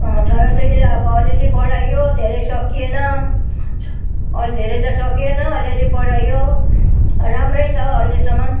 छोराछोरीलाई अब अलिअलि पढाइयो धेरै सकिएन अलि धेरै त सकिएन अलिअलि पढाइयो राम्रै छ अहिलेसम्म